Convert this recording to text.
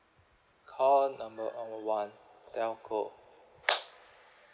call number one telco